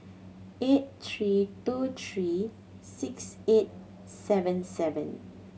eight three two three six eight seven seven